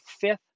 fifth